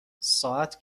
ساعت